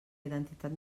identitat